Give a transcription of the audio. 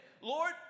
Lord